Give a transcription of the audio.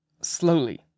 slowly